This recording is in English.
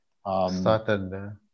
started